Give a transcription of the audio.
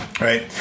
Right